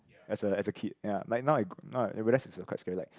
as a as a kid ya like now I now I I realise it's a quite scary like